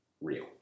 real